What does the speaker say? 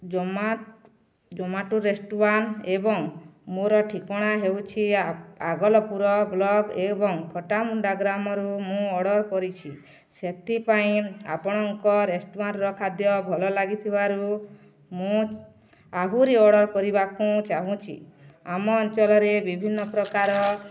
Zomato Zomato restaurant ଏବଂ ମୋର ଠିକଣା ହେଉଛି ଆଗଲପୁର ବ୍ଲକ୍ ଏବଂ ଫଟାମୁଣ୍ଡା ଗ୍ରାମରୁ ମୁଁ ଅର୍ଡ଼ର କରିଛି ସେଥିପାଇଁ ଆପଣଙ୍କ ରେଷ୍ଟୁରାଣ୍ଟର ଖାଦ୍ୟ ଭଲ ଲାଗିଥିବାରୁ ମୁଁ ଆହୁରି ଅର୍ଡ଼ର କରିବାକୁ ଚାହୁଁଛିି ଆମ ଅଞ୍ଚଳରେ ବିଭିନ୍ନ ପ୍ରକାର